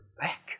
back